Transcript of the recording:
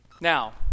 Now